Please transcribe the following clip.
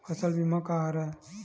फसल बीमा का हरय?